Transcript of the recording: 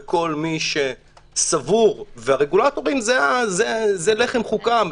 וכל מי שסבור והרגולטורים זה לחם חוקם.